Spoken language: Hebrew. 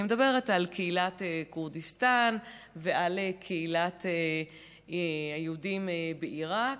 אני מדברת על קהילת כורדיסטן ועל קהילת היהודים בעיראק,